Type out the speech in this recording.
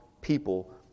people